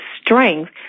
strength